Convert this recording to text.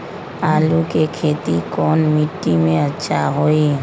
आलु के खेती कौन मिट्टी में अच्छा होइ?